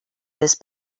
this